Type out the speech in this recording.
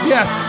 Yes